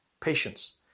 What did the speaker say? patience